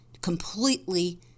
completely